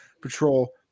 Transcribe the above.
patrol